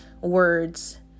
words